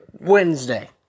Wednesday